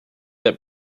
that